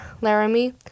Laramie